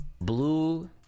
blue